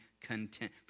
content